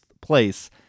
place